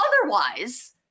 otherwise